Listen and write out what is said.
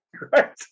Right